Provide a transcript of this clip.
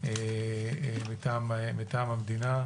מטעם המדינה.